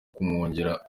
kumwongerera